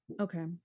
Okay